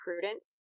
Prudence